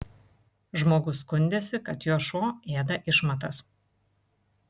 žmogus skundėsi kad jo šuo ėda išmatas